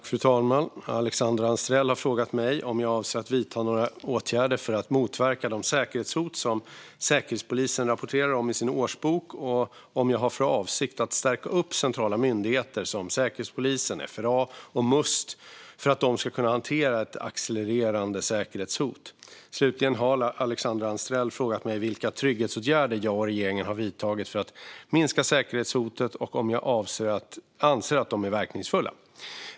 Fru talman! Alexandra Anstrell har frågat mig om jag avser att vidta några åtgärder för att motverka de säkerhetshot som Säkerhetspolisen rapporterar om i sin årsbok och om jag har för avsikt att stärka upp centrala myndigheter som Säkerhetspolisen, FRA och Must för att de ska kunna hantera ett accelererande säkerhetshot. Slutligen har Alexandra Anstrell frågat mig vilka trygghetsåtgärder jag och regeringen har vidtagit för att minska säkerhetshotet och om jag anser att de är verkningsfulla.